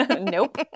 nope